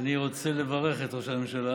אני רוצה לברך את ראש הממשלה